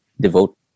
devote